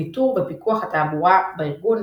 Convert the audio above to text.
ניטור ופיקוח התעבורה בארגון,